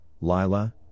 Lila